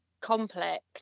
complex